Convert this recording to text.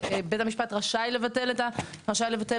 בית המשפט רשאי לבטל את האזרחות,